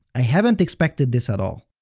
i haven't expected this at all.